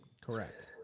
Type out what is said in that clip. Correct